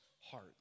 heart